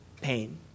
pain